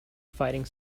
fighting